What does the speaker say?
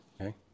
Okay